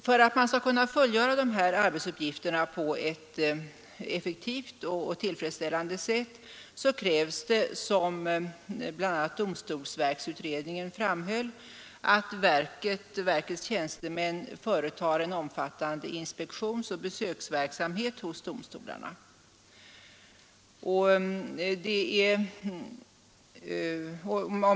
För att dessa arbetsuppgifter skall kunna fullgöras på ett effektivt och tillfredsställande sätt krävs det, som bl.a. domstolsverksutredningen framhöll, att verkets tjänstemän företar en omfattande inspektionsoch besöksverksamhet hos domstolarna.